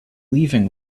leaving